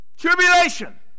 Tribulation